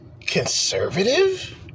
conservative